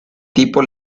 tipo